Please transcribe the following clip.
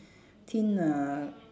thin uh